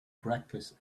breakfast